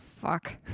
fuck